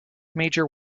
major